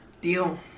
deal